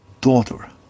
daughter